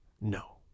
No